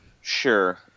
sure